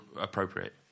appropriate